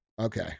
okay